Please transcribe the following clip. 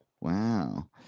Wow